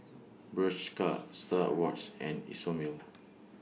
Bershka STAR Awards and Isomil